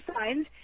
signs